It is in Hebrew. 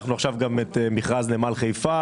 לקחנו עכשיו גם את מכרז נמל חיפה.